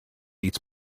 eats